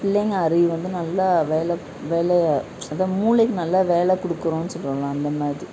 பிள்ளைங்க அறிவு வந்து நல்லா வேலை வேலை அதுதான் மூளைக்கும் நல்லா வேலை கொடுக்குறோம் சொல்லுவோம்ல அந்த மாதிரி